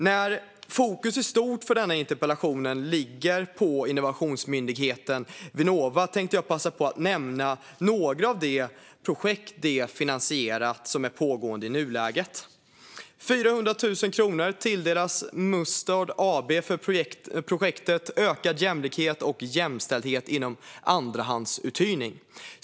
När fokus i stort för denna interpellation ligger på innovationsmyndigheten Vinnova tänkte jag passa på att nämna några av de projekt som de finansierat och som i nuläget är pågående: 400 000 kronor tilldelas Mustard AB för projektet Ökad jämlikhet och jämställdhet inom andrahandsuthyrning.